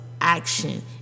action